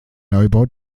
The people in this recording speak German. neubau